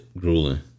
grueling